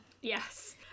Yes